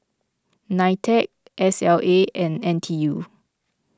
Nitec S L A and N T U